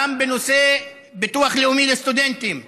גם בנושא ביטוח לאומי לסטודנטים,